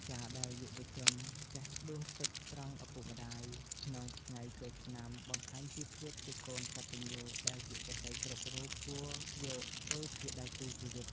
ការដែលយុវជនចេះ "ដួសទឹកស្រង់ឪពុកម្ដាយ" ក្នុងថ្ងៃចូលឆ្នាំ បង្ហាញពីភាពជាកូនកតញ្ញូដែលយុវតីគ្រប់រូបគួរយកធ្វើជាដៃគូជីវិត។